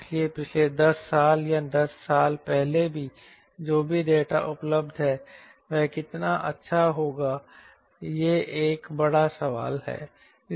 इसलिए पिछले 10 साल या 10 साल पहले जो भी डेटा उपलब्ध है वह कितना अच्छा होगा यह एक बड़ा सवाल है